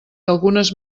algunes